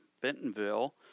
Bentonville